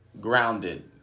grounded